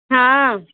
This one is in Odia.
ହଁ